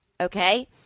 Okay